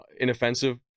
inoffensive